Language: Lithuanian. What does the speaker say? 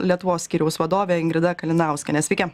lietuvos skyriaus vadovė ingrida kalinauskienė sveiki